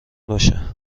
باشه